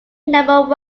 number